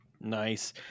nice